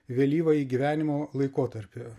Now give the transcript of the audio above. vėlyvąjį gyvenimo laikotarpį